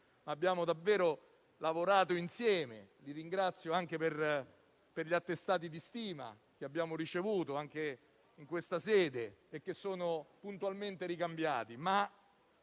Abbiamo davvero lavorato insieme e li ringrazio per gli attestati di stima che abbiamo ricevuto anche in questa sede, che sono puntualmente ricambiati.